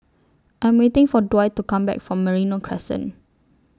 I'm waiting For Dwight to Come Back from Merino Crescent